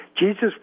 Jesus